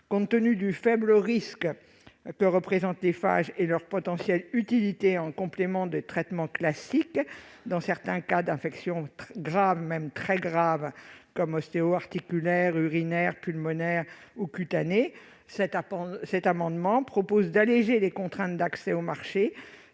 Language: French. Compte tenu du faible risque que représentent les phages et de leur potentielle utilité en complément des traitements classiques dans certains cas d'infections particulièrement graves- les infections ostéo-articulaires, urinaires, pulmonaires et cutanées notamment -, cet amendement vise à alléger les contraintes d'accès au marché,